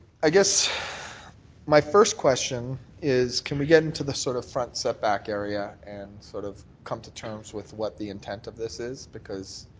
i guess my first question is can we get into the sort of front setback area and sort of come to terms with what the intent ever this is because